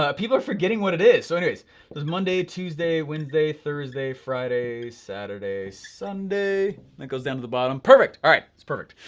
ah people are forgetting what it is. so anyways, so there's monday, tuesday, wednesday, thursday, friday, saturday, sunday, and it goes down to the bottom, perfect. all right, it's perfect.